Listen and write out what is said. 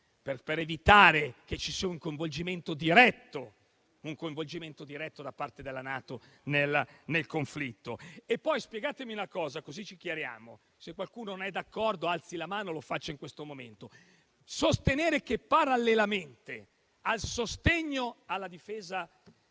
per evitare che ci sia un coinvolgimento diretto da parte della NATO nel conflitto. Spiegatemi una cosa, così ci chiariamo: se qualcuno non è d'accordo, alzi la mano e lo faccia in questo momento. Affermare che, parallelamente al sostegno alla difesa ucraina,